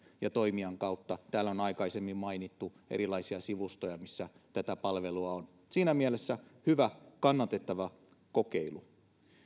ja toimijan kautta täällä on aikaisemmin mainittu erilaisia sivustoja missä tätä palvelua on siinä mielessä tämä on hyvä kannatettava kokeilu